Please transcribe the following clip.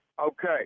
Okay